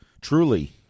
truly